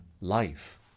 life